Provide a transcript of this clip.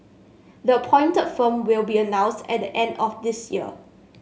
the appointed firm will be announced at the end of this year